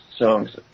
songs